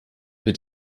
wird